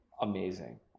amazing